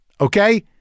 Okay